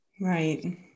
Right